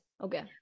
Okay